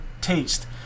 taste